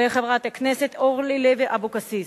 וחברת הכנסת אורלי לוי אבקסיס.